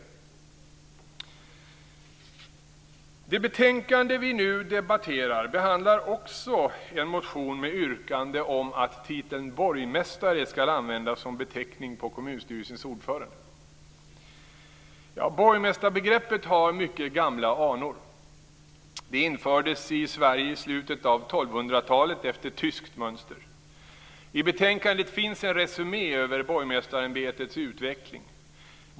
I det betänkande vi nu debatterar behandlas också en motion med yrkande om att titeln borgmästare skall användas som beteckning på kommunstyrelsens ordförande. Borgmästarbegreppet har mycket gamla anor. Det infördes i Sverige i slutet av 1200-talet efter tyskt mönster. I betänkandet finns en resumé över borgmästarämbetets utveckling.